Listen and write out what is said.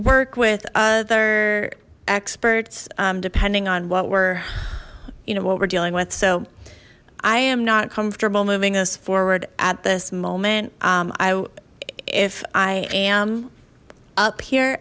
work with other experts depending on what we're you know what we're dealing with so i am not comfortable moving this forward at this moment i if i am up here